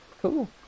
Cool